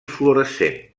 fluorescent